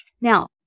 Now